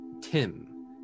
Tim